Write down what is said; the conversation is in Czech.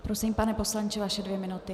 Prosím, pane poslanče, vaše dvě minuty.